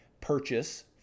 purchase